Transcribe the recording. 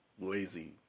lazy